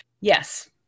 yes